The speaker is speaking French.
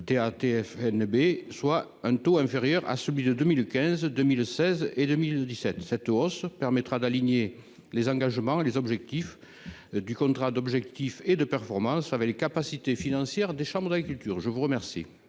DA TF, soit un taux inférieur à celui de 2015, 2016 et 2017 cette hausse permettra d'aligner les engagements, les objectifs du contrat d'objectifs et de performance avait les capacités financières des chambres d'agriculture, je vous remercie.